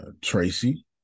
Tracy